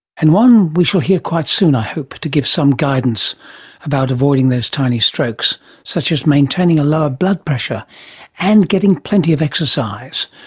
and one we shall hear quite soon, i hope, to give some guidance about avoiding those tiny strokes, such as maintaining a lower blood pressure and getting plenty of exercise.